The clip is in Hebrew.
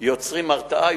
והם יוצרים הרתעה,